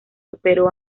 superó